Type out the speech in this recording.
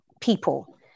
people